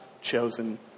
chosen